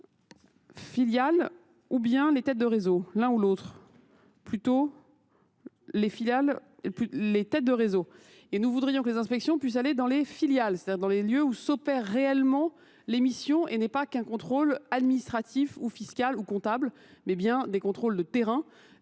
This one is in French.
filiales ou bien les têtes de réseau, l'un ou l'autre. Plutôt les têtes de réseau. Et nous voudrions que les inspections puissent aller dans les filiales, c'est-à-dire dans les lieux où s'opèrent réellement les missions et n'est pas qu'un contrôle administratif ou fiscal ou comptable, mais bien des contrôles de terrain,